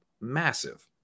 massive